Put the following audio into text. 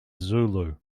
zulu